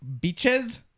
beaches